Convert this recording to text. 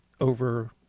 over